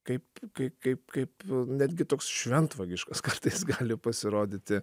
kaip kai kaip kaip netgi toks šventvagiškas kartais gali pasirodyti